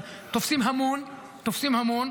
אבל תופסים המון, תופסים המון.